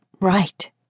right